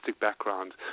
background